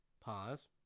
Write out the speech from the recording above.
Pause